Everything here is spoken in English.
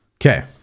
Okay